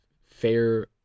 fair